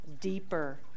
deeper